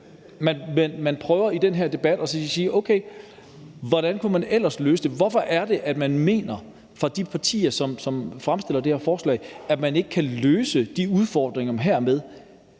at man i den her debat prøver at sige: Okay, hvordan kunne man ellers løse det? Hvorfor er det, at man i de partier, som har fremsat det her forslag, mener, at man ikke kan løse de udfordringer her